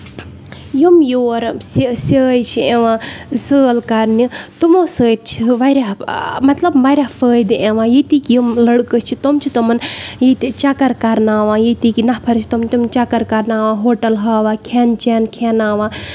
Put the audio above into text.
یِم یور سِیٲے چھِ یِوان سٲل کرنہِ تِمو سۭتۍ چھِ واریاہ مطلب واریاہ فٲیدٕ یِوان مطلب ییٚتکۍ ٖیِم لٔڑکہٕ چھِ تِم چھِ تِمَن ییٚتہ چکر کرناوان ییٚتِکۍ نَفر یہِ چھُ تِم تِم چکر کرناوان ہوٹل ہاوان کھٮ۪ن چین کھٮ۪ناوان